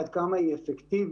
עד כמה היא אפקטיבית.